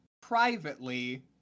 privately